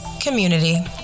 community